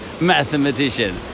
mathematician